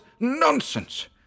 Nonsense